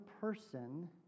person